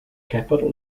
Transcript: capital